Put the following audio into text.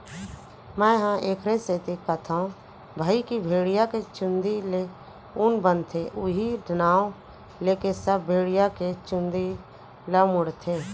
मेंहा एखरे सेती कथौं भई की भेड़िया के चुंदी ले ऊन बनथे उहीं नांव लेके सब भेड़िया के चुंदी ल मुड़थे